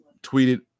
tweeted